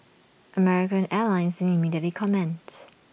American airlines didn't immediately comments